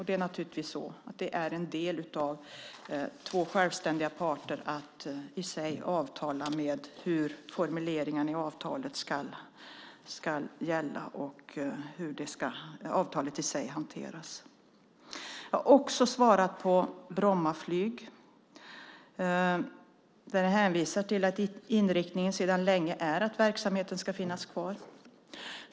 Det är naturligtvis så att det är en del för två självständiga parter att avtala om hur formuleringen i avtalet ska gälla och hur avtalet i sig ska hanteras. Jag har också svarat på frågan om Bromma flygplats. Jag hänvisade till att inriktningen sedan länge är att verksamheten ska finnas kvar.